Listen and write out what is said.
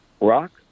Rock